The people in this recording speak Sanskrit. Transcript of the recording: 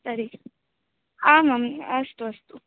तर्हि आमम् अस्तु अस्तु